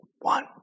One